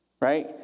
right